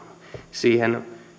siihen